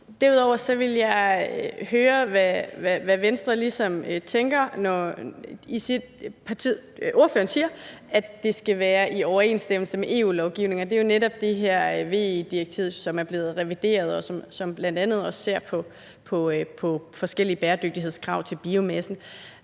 Derudover vil jeg høre, hvad Venstre ligesom tænker, når ordføreren siger, at det skal være i overensstemmelse med EU-lovgivningen. Det er jo netop det her VE-direktiv, som er blevet revideret, og som bl.a. også ser på forskellige bæredygtighedskrav til biomasse.